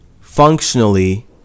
functionally